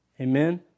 Amen